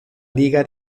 liga